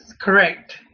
Correct